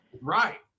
Right